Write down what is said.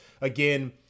Again